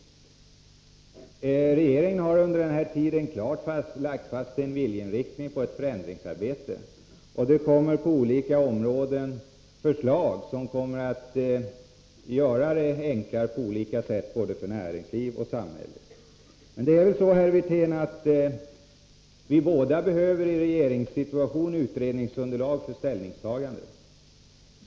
Den nuvarande socialdemokratiska regeringen har under sin regeringstid klart markerat en viljeinriktning och också påbörjat ett förändringsarbete. Det framläggs på olika områden förslag som på flera sätt kommer att göra det enklare för både näringsliv och samhälle. I regeringsställning behöver vi båda, herr Wirtén, utredningsunderlag för våra ställningstaganden.